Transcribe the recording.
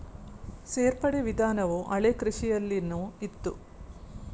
ಸೇರ್ಪಡೆ ವಿಧಾನವು ಹಳೆಕೃಷಿಯಲ್ಲಿನು ಇತ್ತ